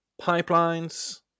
pipelines